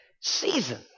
season